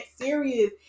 serious